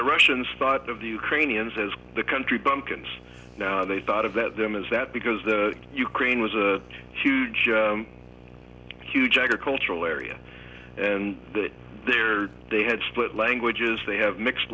the russians thought of the ukrainians as the country bumpkins now they thought of them is that because the ukraine was a huge huge agricultural area and that there they had split languages they have mixed